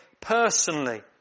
personally